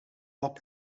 lab